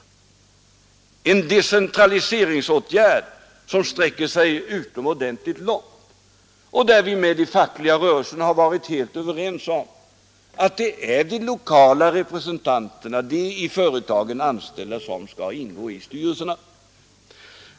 Det är en decentraliseringsåtgärd som sträcker sig långt och där vi med de fackliga rörelserna har varit helt överens om att det är de lokala representanterna, de i företagen anställda, som skall ingå i styrelsen.